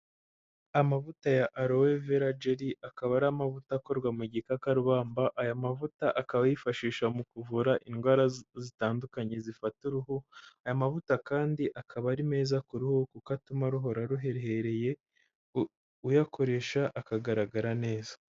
Amavuta ya Aloe Vera Jerry, akaba ari amavuta akorwa mu gikakarubamba, aya mavuta akaba yifashishwa mu kuvura indwara zitandukanye zifata uruhu, aya mavuta kandi akaba ari meza ku ruhu kuko atuma ruhora ruhehereye, uyakoresha akagaragara neza.